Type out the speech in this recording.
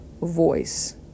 voice